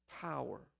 power